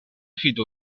fidu